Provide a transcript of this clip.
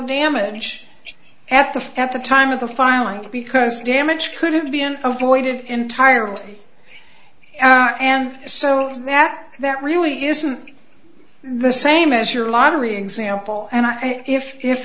damage after that the time of the filing because the damage could have been avoided entirely and so that that really isn't the same as your lottery example and i if if